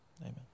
Amen